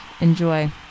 Enjoy